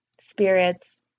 Spirits